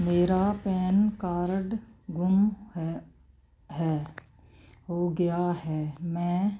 ਮੇਰਾ pan card ਗੁੰਮ ਹੈ ਹੈ ਹੋ ਗਿਆ ਹੈ ਮੈਂ